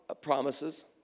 promises